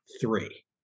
three